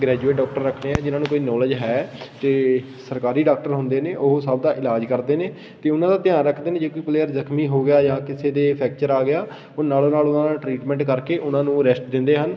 graduate doctor ਰੱਖਦੇ ਆ ਜਿਹਨਾਂ ਨੂੰ ਕੋਈ ਨੌਲੇਜ ਹੈ ਅਤੇ ਸਰਕਾਰੀ ਡਾਕਟਰ ਹੁੰਦੇ ਨੇ ਉਹ ਸਭ ਦਾ ਇਲਾਜ ਕਰਦੇ ਨੇ ਅਤੇ ਉਹਨਾਂ ਦਾ ਧਿਆਨ ਰੱਖਦੇ ਨੇ ਜੇ ਕੋਈ ਪਲੇਅਰ ਜ਼ਖਮੀ ਹੋ ਗਿਆ ਜਾਂ ਕਿਸੇ ਦੇ ਫੈਕਚਰ ਆ ਗਿਆ ਉਹ ਨਾਲੋਂ ਨਾਲ ਉਹਨਾਂ ਦਾ ਟ੍ਰੀਟਮੈਂਟ ਕਰਕੇ ਉਹਨਾਂ ਨੂੰ ਰੈਸਟ ਦਿੰਦੇ ਹਨ